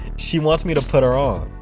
she wants me to put her on.